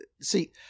See